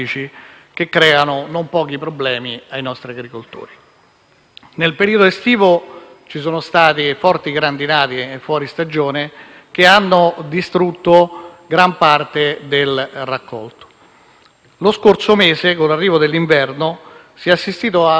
Nel periodo estivo ci sono state forti grandinate fuori stagione, che hanno distrutto gran parte del raccolto. Lo scorso mese, con l'arrivo dell'inverno, si è assistito ad un aumento esponenziale di questi fenomeni,